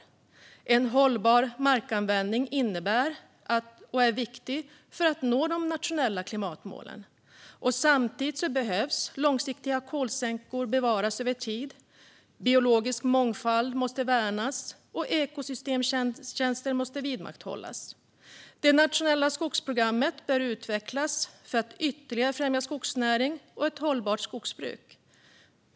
Det är viktigt med en hållbar markanvändning för att nå de nationella klimatmålen. Samtidigt behöver långsiktiga kolsänkor bevaras över tid, biologisk mångfald värnas och ekosystemtjänster vidmakthållas. Det nationella skogsprogrammet bör utvecklas för att ytterligare främja skogsnäring och ett hållbart skogsbruk.